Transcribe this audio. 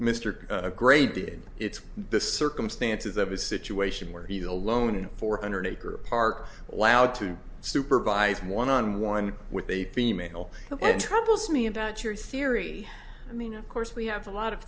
mr gray did it's the circumstances of a situation where he's alone in four hundred acre park wow to supervise one on one with a female troubles me about your theory i mean of course we have a lot of